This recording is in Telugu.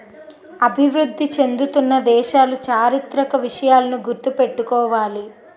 అభివృద్ధి చెందుతున్న దేశాలు చారిత్రక విషయాలను గుర్తు పెట్టుకోవాలి